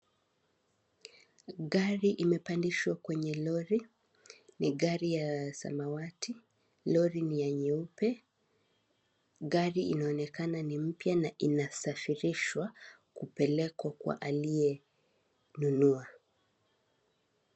Gari imepandishwa kwenye lori, ni gari ya samawati lori ni ya nyeupe, gari inaonekana ni mpya na inasafirishwa kupelekwa kwa aliyenunua.